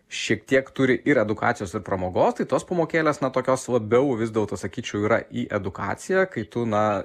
šiek tiek turi ir edukacijos ir pramogos tai tos pamokėlės na tokios labiau vis dėlto sakyčiau yra į edukaciją kai tu na